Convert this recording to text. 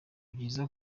byiza